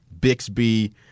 Bixby